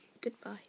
goodbye